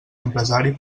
empresari